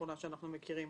האחרונה שאנחנו מכירים.